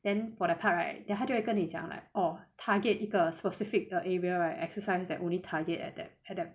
then for the part right then 他就会跟你讲 like oh target 一个 specific 的 area right exercise at only target at at at